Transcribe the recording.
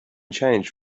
changed